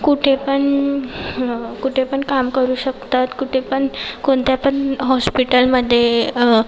कुठे पण कुठे पण काम करू शकतात कुठे पण कोणत्या पण हॉस्पिटलमध्ये